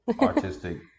artistic